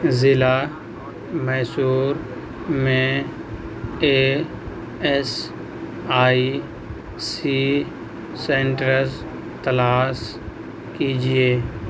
ضلع میسور میں A S I C centres تلاش کیجیے